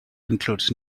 includes